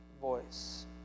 voice